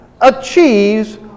achieves